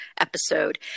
episode